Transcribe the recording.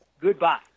Goodbye